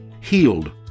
healed